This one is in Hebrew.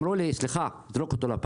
'זרוק אותו לפח'.